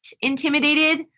intimidated